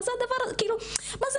מה זה